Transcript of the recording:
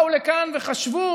הם באו לכאן וחשבו